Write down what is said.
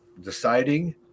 deciding